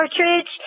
cartridge